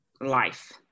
life